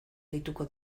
deituko